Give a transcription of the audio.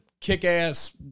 kick-ass